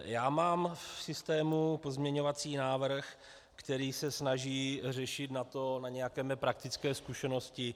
Já mám v systému pozměňovací návrh, který se snaží řešit na to, na nějaké mé praktické zkušenosti.